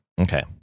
Okay